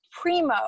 primo